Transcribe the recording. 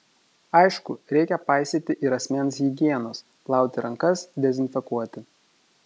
aišku reikia paisyti ir asmens higienos plauti rankas dezinfekuoti